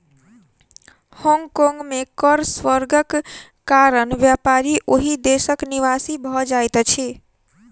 Hong Kong में कर स्वर्गक कारण व्यापारी ओहि देशक निवासी भ जाइत अछिं